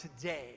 today